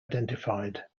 identified